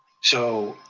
so